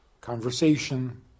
conversation